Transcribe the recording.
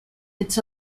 its